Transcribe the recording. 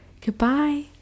goodbye